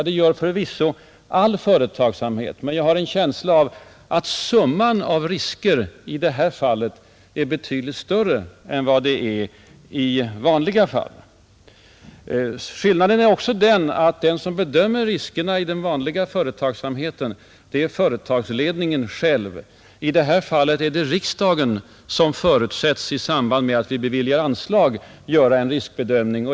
Det gör förvisso all företagsamhet, men jag har en känsla av att summan av risker i det här fallet är betydligt större än vad den är i vanliga fall. Skillnaden är också den att den som bedömer riskerna i den vanliga företagsamheten är företagsledningen själv, medan det i det här fallet är riksdagen som förutsätts i samband med att den beviljar anslag göra en riskbedömning.